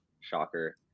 Shocker